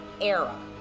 era